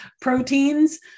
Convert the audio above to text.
proteins